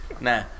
Nah